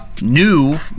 new